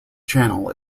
channel